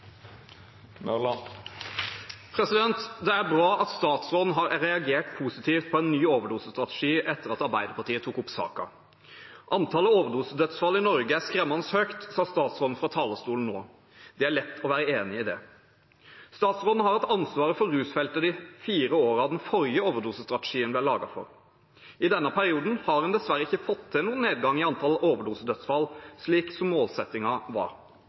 replikkordskifte. Det er bra at statsråden har reagert positivt på en ny overdosestrategi etter at Arbeiderpartiet tok opp saken. Antallet overdosedødsfall i Norge er skremmende høyt, sa statsråden fra talerstolen nå. Det er lett å være enig i det. Statsråden har hatt ansvar for rusfeltet de fire årene den forrige overdosestrategien ble laget for. I denne perioden har en dessverre ikke fått noen nedgang i antallet overdosedødsfall, slik som målsettingen var.